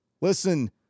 Listen